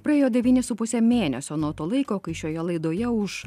praėjo devyni su puse mėnesio nuo to laiko kai šioje laidoje už